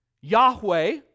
Yahweh